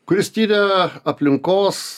kuris tiria aplinkos